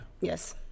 Yes